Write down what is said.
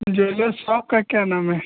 jeweller shop का क्या नाम है